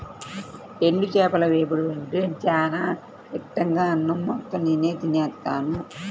ఎండు చేపల వేపుడు ఉంటే చానా ఇట్టంగా అన్నం మొత్తం నేనే తినేత్తాను